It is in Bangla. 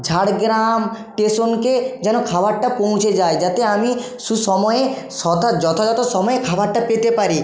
ঝাড়গ্রাম স্টেশনকে যেন খাবারটা পৌঁছে যায় যাতে আমি সুসময়ে যথাযথ সময় খাবারটা পেতে পারি